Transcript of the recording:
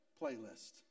playlist